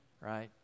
Right